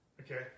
Okay